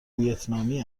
ویتنامی